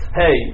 hey